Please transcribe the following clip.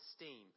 esteem